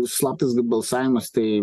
slaptas balsavimas tai